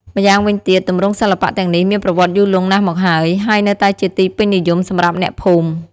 ម្យ៉ាងវិញទៀត ទម្រង់សិល្បៈទាំងនេះមានប្រវត្តិយូរលង់ណាស់មកហើយ ហើយនៅតែជាទីពេញនិយមសម្រាប់អ្នកភូមិ។